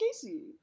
Casey